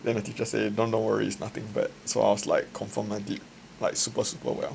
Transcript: then the teacher say no no worries nothing bad so I was like confirm I did like super super well